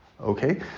Okay